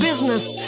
Business